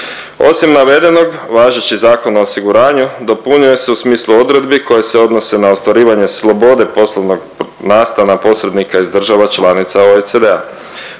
Osim navedenog važeći Zakon o osiguranju, dopunjuje se u smislu odredbi koje se odnose na ostvarivanje slobode poslovnog nastana posrednika iz država članica OECD-a.